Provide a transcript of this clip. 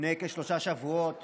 לפני כשלושה שבועות